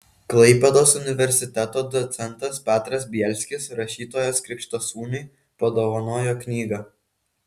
klaipėdos universiteto docentas petras bielskis rašytojos krikštasūniui padovanojo knygą